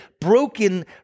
broken